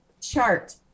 chart